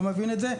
לא מבין את זה.